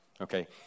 Okay